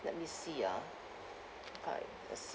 let me see ah how come I cannot see